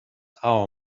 our